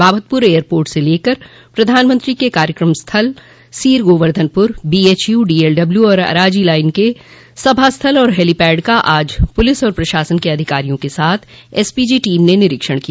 Babatpur airport से लेकर प्रधानमंत्री के कार्यक्रम स्थल सीर गोवर्धनपुर बीएचयू डीएलडब्ल्यू और अराजी लाइन के सभा स्थल और हैलीपैड का आज पुलिस और प्रशासन के अधिकारियों के साथ एसपीजी की टीम ने निरीक्षण किया